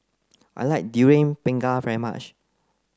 I like durian pengat very much